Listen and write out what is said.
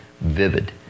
vivid